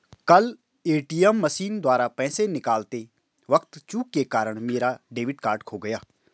कल ATM machine द्वारा पैसे निकालते वक़्त चूक के कारण मेरा डेबिट कार्ड खो गया